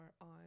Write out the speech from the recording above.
on